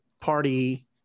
Party